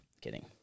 Kidding